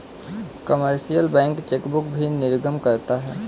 commercial bank chequebook भी निर्गम करता है